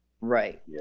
Right